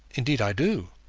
indeed, i do,